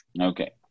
Okay